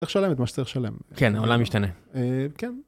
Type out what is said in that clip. צריך לשלם את מה שצריך לשלם. כן, העולם משתנה. אהה כן.